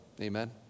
Amen